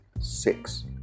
Six